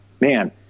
man